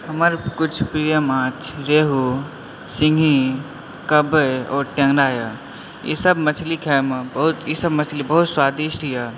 हमर कुछ प्रिय माछ रेहू सिङ्गही कबै आओर टेङ्गरा य ई सब मछली खाइमे बहुत ई सब मछली बहुत स्वादिष्ट य